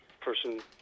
person